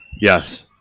Yes